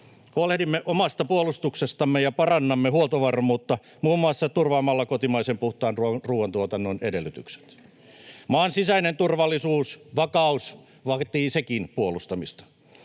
Huolehdimme omasta puolustuksestamme ja parannamme huoltovarmuutta muun muassa turvaamalla kotimaisen puhtaan ruuantuotannon edellytykset. Maan sisäinen turvallisuus, vakaus, vaatii sekin puolustamista.